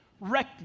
wrecked